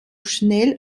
schnell